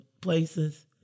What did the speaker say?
places